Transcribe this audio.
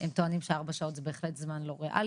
הם טוענים שארבע שעות זה בהחלט לא זמן ריאלי